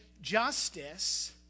justice